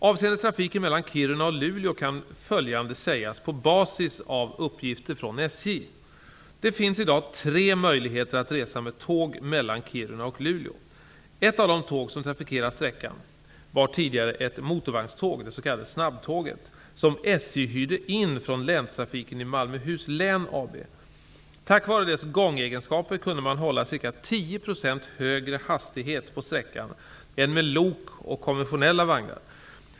Avseende trafiken mellan Kiruna och Luleå kan följande sägas på basis av uppgifter från SJ. Det finns i dag tre möjligheter att resa med tåg mellan Malmöhus Län AB. Tack vare dess gångegenskaper kunde man hålla ca 10 % högre hastighet på sträckan än med lok och konventionella vagnar.